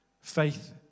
faith